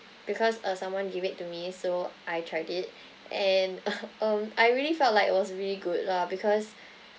because uh someone give it to me so I tried it and um I really felt like it was really good lah because